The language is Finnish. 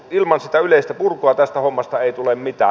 ilman sitä yleistä purkua tästä hommasta ei tule mitään